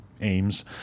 aims